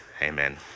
amen